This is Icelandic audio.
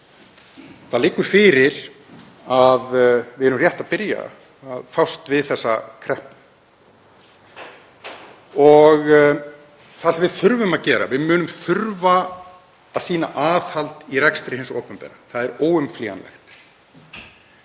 Það liggur fyrir að við erum rétt að byrja að fást við þessa kreppu. Það sem við þurfum að gera er að við munum þurfa að sýna aðhald í rekstri hins opinbera. Það er óumflýjanlegt.